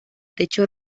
techo